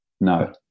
No